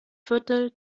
viertel